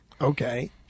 Okay